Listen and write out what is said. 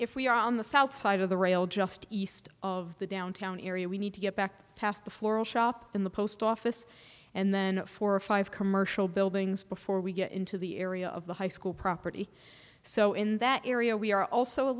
if we are on the south side of the rail just east of the downtown area we need to get back past the floral shop in the post office and then four or five commercial buildings before we get into the area of the high school property so in that area we are also a